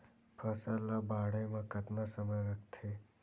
फसल ला बाढ़े मा कतना समय लगथे?